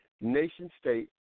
nation-state